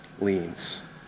leans